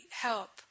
help